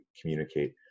communicate